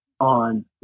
on